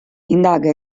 indaga